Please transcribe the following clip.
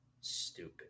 Stupid